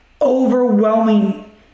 overwhelming